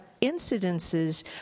incidences